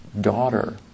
daughter